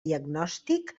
diagnòstic